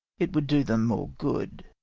it would do them more good.